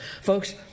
Folks